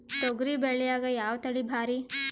ತೊಗರಿ ಬ್ಯಾಳ್ಯಾಗ ಯಾವ ತಳಿ ಭಾರಿ?